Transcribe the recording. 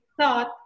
thought